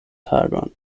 tagon